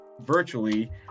virtually